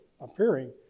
appearing